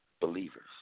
believers